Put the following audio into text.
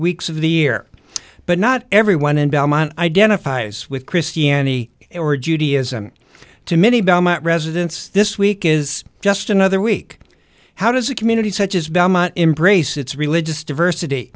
weeks of the year but not everyone in belmont identifies with kristi any or judaism to many belmont residents this week is just another week how does a community such as bama embrace its religious diversity